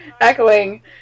Echoing